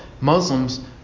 Muslims